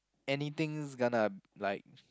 anything's gonna like